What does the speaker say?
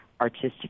artistic